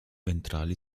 ventrali